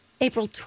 April